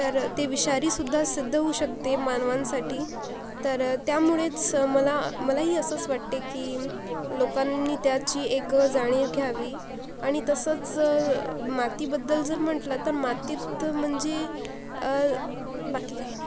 तर ते विषारीसुद्धा सिद्ध होऊ शकते मानवांसाठी तर त्यामुळेच मला मला ही असंच वाटते की लोकांनी त्याची एक जाणीव घ्यावी आणि तसंच मातीबद्दल जर म्हटलं तर मातीत म्हणजे बाकी काही नाही